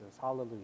Hallelujah